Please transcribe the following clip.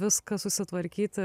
viską susitvarkyti